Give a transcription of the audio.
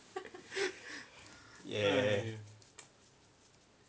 ya